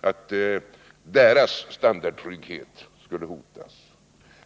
dvs. att deras standardtrygghet skulle hotas.